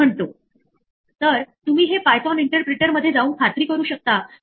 म्हणून ही एक इंडेक्स एरर आहे